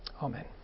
amen